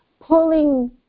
pulling